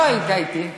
לא היית איתי.